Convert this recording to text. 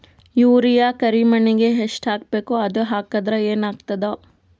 Urea ಕರಿಮಣ್ಣಿಗೆ ಎಷ್ಟ್ ಹಾಕ್ಬೇಕ್, ಅದು ಹಾಕದ್ರ ಏನ್ ಆಗ್ತಾದ?